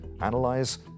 analyze